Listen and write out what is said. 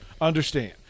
understand